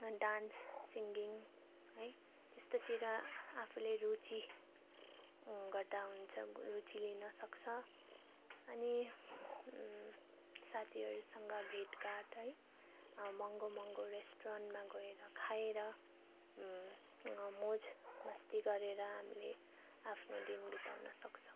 dance singing है त्यस्तोतिर आफूले रुचि गर्दा हुन्छ रुचि लिन सक्छ अनि साथीहरूसँग भेटघाट है महँगो महँगो रेस्टुरेन्टमा गएर खाएर मोज मस्ती गरेर हामीले आफ्नो दिन बिताउन सक्छौँ